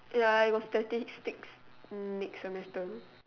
ya I got statistics next semester